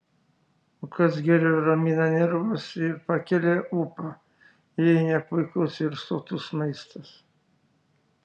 o kas geriau ramina nervus ir pakelia ūpą jei ne puikus ir sotus maistas